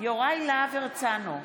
יוראי להב הרצנו,